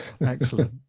Excellent